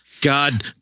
God